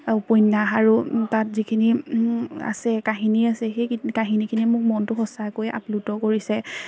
উপন্যাস আৰু তাত যিখিনি আছে কাহিনী আছে সেই কাহিনীখিনিয়ে মোক মনটো সঁচাকৈ আপ্লুত কৰিছে